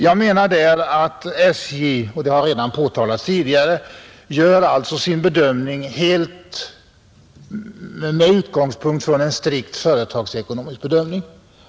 Jag anser — och det har påtalats tidigare — att SJ gör sin bedömning helt med utgångspunkt i strikt företagsekonomiska synpunkter.